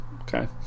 Okay